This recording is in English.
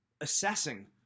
Assessing